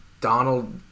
Donald